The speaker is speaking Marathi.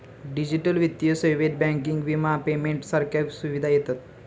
डिजिटल वित्तीय सेवेत बँकिंग, विमा, पेमेंट सारख्या सुविधा येतत